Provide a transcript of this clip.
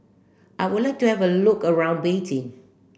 I would like to have a look around Beijing